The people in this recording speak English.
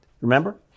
Remember